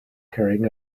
carrying